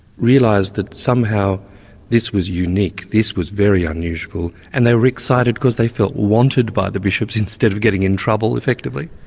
realised that somehow this was unique, this was very unusual, and they were excited because they felt wanted by the bishops instead of getting in trouble effectively?